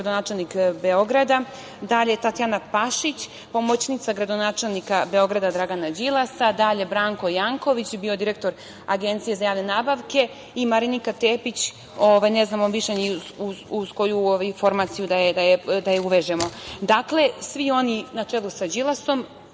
gradonačelnik Beograda, Tatjana Pašić, pomoćnica gradonačelnika Beograda, Dragana Đilasa, Branko Janković, direktor Agencije za javne nabavke i Marinika Tepić, ne znamo više ni uz koju informaciju da je uvežemo. Dakle, svi oni na čelu sa Đilasom,